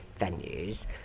venues